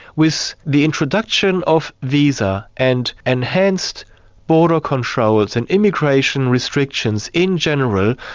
with the introduction of visa and enhanced border controls and immigration restrictions in general,